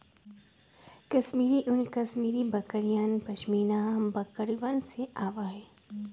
कश्मीरी ऊन कश्मीरी बकरियन, पश्मीना बकरिवन से आवा हई